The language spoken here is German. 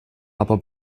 aber